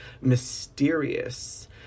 mysterious